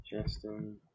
Justin